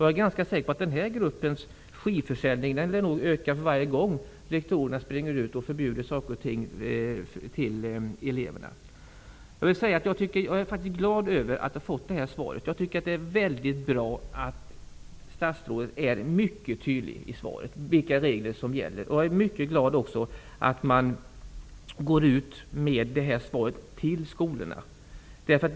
Jag är ganska säker på att den här gruppens skivförsäljning ökar för varje gång som rektorer springer ut och förbjuder elever att spela denna musik. Jag är glad att jag har fått det här svaret. Det är väldigt bra att statsrådet är mycket tydlig i fråga om vilka regler som gäller. Jag är också mycket glad att svaret går ut till skolorna.